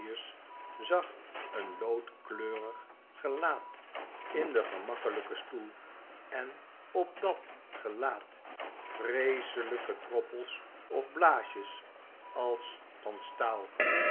zag een loodkleurig gelaat in den gemakkelyken stoel en op dat gelaat vreeselyke droppels of blaasjes als van staal